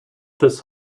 this